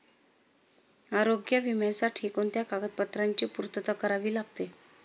आरोग्य विम्यासाठी कोणत्या कागदपत्रांची पूर्तता करावी लागते?